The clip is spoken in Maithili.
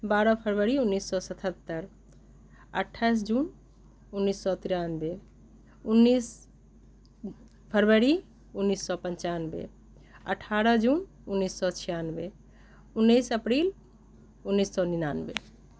बारह फरवरी उन्नैस सए सतहत्तरि अठाइस जून उन्नैस सए तेरानबे उन्नैस फरवरी उन्नैस सए पन्चानबे अठारह जून उन्नैस सए छिआनबे उन्नैस अप्रिल उन्नैस सए निनानबे